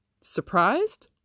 Surprised